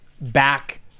back